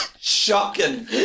Shocking